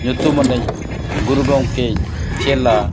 ᱧᱩᱛᱩᱢᱟᱱᱤᱡ ᱜᱩᱨᱩ ᱜᱚᱢᱠᱮ ᱨᱮᱱ ᱪᱮᱞᱟ